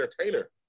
entertainer